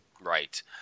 Right